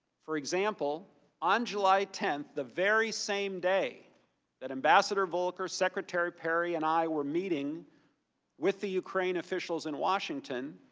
for example on july tenth, the very same day that ambassador volker come secretary perry, and i were meeting with the ukraine officials in washington,